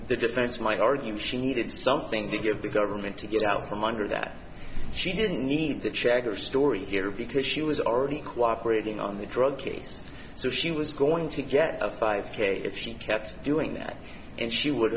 the defense might argue she needed something to give the government to get out from under that she didn't need to check her story here because she was already cooperated in on the drug case so she was going to get a five k if she kept doing that and she would